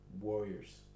Warriors